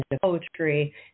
poetry